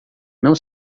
não